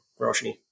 Roshni